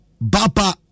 Baba